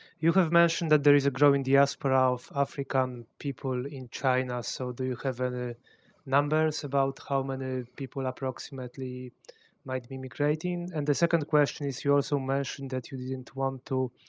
you have mentioned that there is a growing diaspora of african people in china. so, do you have and ah numbers about how many people approximately might be immigrating? and the second question is, you also mentioned that you didn't want to